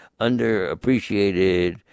underappreciated